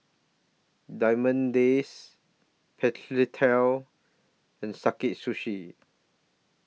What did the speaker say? Diamond Days and Sakae Sushi